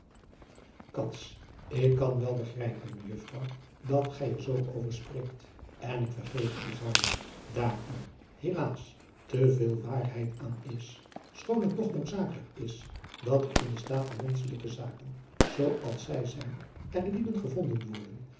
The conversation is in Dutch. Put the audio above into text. k kan wel begrijpen mejuffrouw dat gij er zoo over spreekt en ik vergeef het u gaarne daar er helaas te veel waarheid aan is schoon het toch noodzakelijkis dat in den staat der menschelijke zaken zoo als zij zijn er lieden gevonden worden